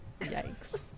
Yikes